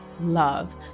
love